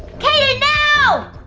kaden now!